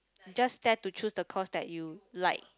just dare to choose the course that you like